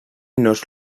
nos